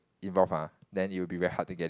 involved ah then it'll be very hard to get it